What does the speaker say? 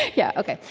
yeah, ok.